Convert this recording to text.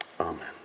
amen